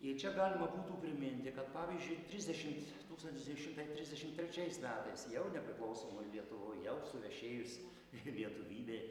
ir čia galima būtų priminti kad pavyzdžiui trisdešimt tūkstantis devyni šimtai trisdešim trečiais metais jau nepriklausomoj lietuvoj jau suvešėjus lietuvybė